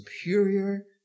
superior